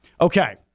Okay